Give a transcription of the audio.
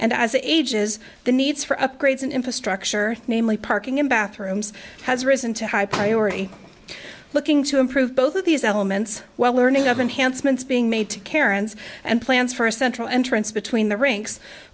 as ages the needs for upgrades and infrastructure namely parking in bathrooms has risen to high priority looking to improve both of these elements while learning of enhanced ment's being made to karen's and plans for a central entrance between the rinks